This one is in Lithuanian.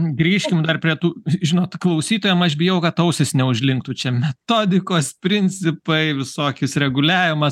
grįžkim dar prie tų žinot klausytojam aš bijau kad ausis neužlinktų čia metodikos principai visokius reguliavimas